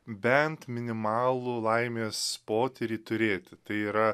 bent minimalų laimės potyrį turėti tai yra